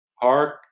hark